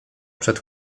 przed